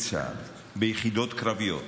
בצה"ל, ביחידות קרביות,